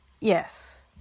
yes